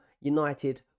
United